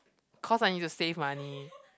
cause I need to save money